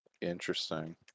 interesting